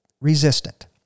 resistant